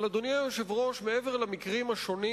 אבל, אדוני היושב-ראש, מעבר למקרים השונים,